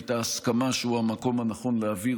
שהייתה הסכמה שהוא המקום הנכון להעביר